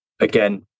again